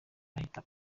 ahita